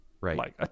Right